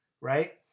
right